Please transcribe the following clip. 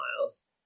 miles